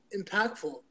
impactful